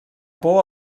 por